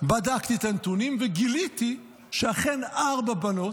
בדקתי את הנתונים וגיליתי שאכן, ארבע בנות.